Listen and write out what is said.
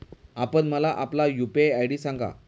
आपण मला आपला यू.पी.आय आय.डी सांगा